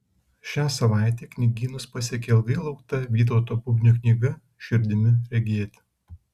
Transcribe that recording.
šią savaitę knygynus pasiekė ilgai laukta vytauto bubnio knyga širdimi regėti